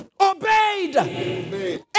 obeyed